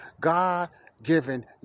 God-given